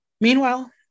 meanwhile